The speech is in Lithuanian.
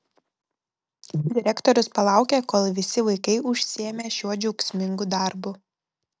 direktorius palaukė kol visi vaikai užsiėmė šiuo džiaugsmingu darbu